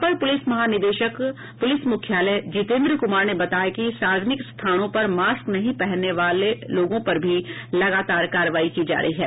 अपर police महानिदेशक police मुख्यालय जितेन्द्र कुमार ने बताया कि सार्वजनिक स्थानों पर मास्क नहीं पहनने वाले लोगों पर भी लगातार कार्रवाई की जा रही है